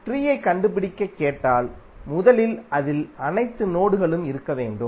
ட்ரீயை கண்டுபிடிக்க கேட்டால் முதலில் அதில் அனைத்து நோடுகளும் இருக்க வேண்டும்